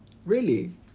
really